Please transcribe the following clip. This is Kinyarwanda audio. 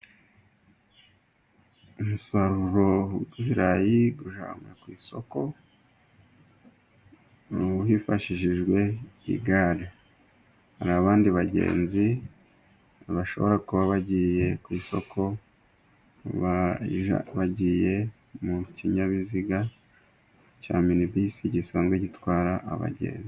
umusaruro w'ibirayi ujyanwa ku isoko hifashishijwe igare. Hari abandi bagenzi bashobora kuba bagiye ku isoko bari mu kinyabiziga cya minibisi gisanzwe gitwara abagenzi.